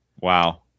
Wow